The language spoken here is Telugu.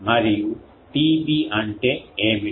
మరియు TB అంటే ఏమిటి